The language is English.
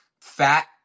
fat